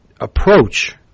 approach